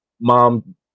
mom